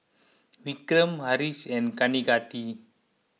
Vikram Haresh and Kaneganti